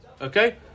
Okay